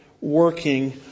working